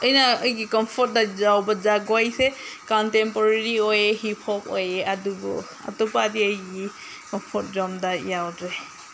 ꯑꯩꯅ ꯑꯩꯒꯤ ꯀꯝꯐꯣꯔꯠꯇ ꯌꯥꯎꯕ ꯖꯒꯣꯏꯁꯦ ꯀꯟꯇꯦꯝꯄꯣꯔꯔꯤ ꯑꯣꯏ ꯍꯤꯞ ꯍꯣꯞ ꯑꯣꯏ ꯑꯗꯨꯕꯨ ꯑꯇꯣꯞꯄꯗꯤ ꯑꯩꯗꯤ ꯀꯝꯐꯣꯔꯠ ꯖꯣꯟꯗ ꯌꯥꯎꯗ꯭ꯔꯦ